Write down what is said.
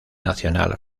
nacional